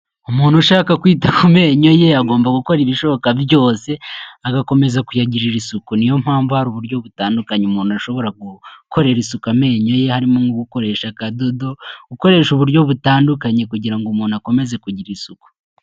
Umuntu ushaka kwita ku amenyo ye agomba gukora ibishoboka byose agakomeza kuyagirira isuku niyo mpamvu hari uburyo butandukanye umuntu ashobora gukorera isuku amenyo ye harimo nko gukoresha akadodo, ukoresha uburyo butandukanye kugira ngo umuntu akomeze kugira isuku.